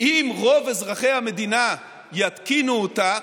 אם רוב אזרחי המדינה יתקינו אותה,